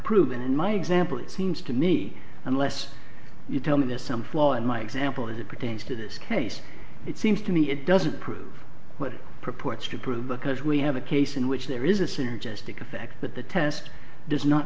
prove and in my example it seems to me unless you tell me there's some flaw in my example as it pertains to this case it seems to me it doesn't prove what it purports to prove because we have a case in which there is a synergistic effect but the test does not